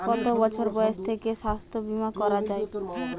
কত বছর বয়স থেকে স্বাস্থ্যবীমা করা য়ায়?